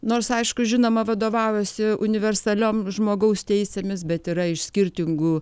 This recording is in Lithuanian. nors aišku žinoma vadovaujasi universaliom žmogaus teisėmis bet yra iš skirtingų